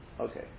Okay